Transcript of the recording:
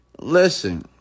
listen